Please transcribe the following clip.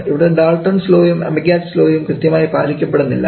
ഇവിടെ ഡാൽട്ടൺസ് ലോയും അമഗ്യാറ്റ്സ് ലോയും കൃത്യമായി പാലിക്കപ്പെടുന്നില്ല